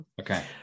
Okay